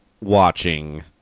Watching